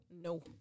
No